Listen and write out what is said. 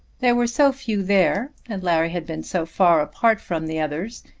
there were so few there, and larry had been so far apart from the others,